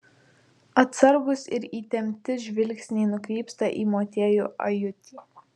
atsargūs ir įtempti žvilgsniai nukrypsta į motiejų ajutį